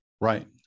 right